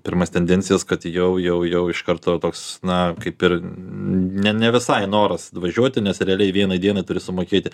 pirmas tendencijas kad jau jau jau iš karto toks na kaip ir ne ne visai noras važiuoti nes realiai vienai dienai turi sumokėti